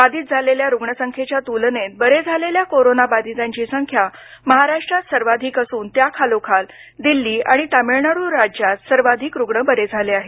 बाधित झालेल्या रुग्णसंख्येच्या तुलनेत बरे झालेल्या कोरोना बाधितांची संख्या महाराष्ट्रात सर्वाधिक असून त्याखालोखाल दिल्ली आणि तमिळनाडू राज्यात सर्वाधिक रुग्ण बरे झाले आहेत